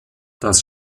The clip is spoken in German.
dass